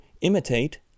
imitate